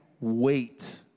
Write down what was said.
wait